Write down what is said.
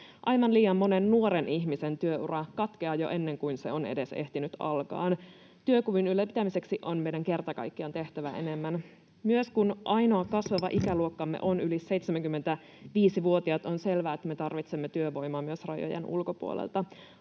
Aivan liian monen nuoren ihmisen työura katkeaa jo ennen kuin se on edes ehtinyt alkaa. Työkyvyn ylläpitämiseksi meidän on kerta kaikkiaan tehtävä enemmän. Myös kun ainoa kasvava ikäluokkamme on yli 75-vuotiaat, on selvää, että me tarvitsemme työvoimaa myös rajojen ulkopuolelta.